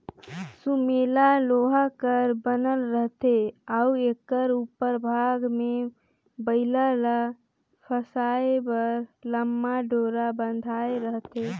सुमेला लोहा कर बनल रहथे अउ एकर उपर भाग मे बइला ल फसाए बर लम्मा डोरा बंधाए रहथे